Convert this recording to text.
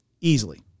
Easily